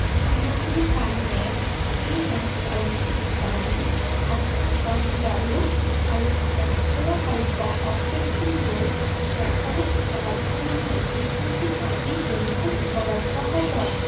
সামগ্ৰী farm made free range কণী ধাগিচ আটা গন্ধ লাড়ু আৰু অক্ষয়কল্প অকৃত্ৰিম দৈ বৰ্তমান উপলব্ধ নহয় এইকেইবিধ আজি দেৰিকৈ উপলব্ধ হ'ব